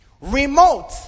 Remote